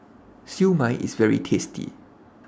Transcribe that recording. Siew Mai IS very tasty